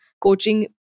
coaching